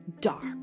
dark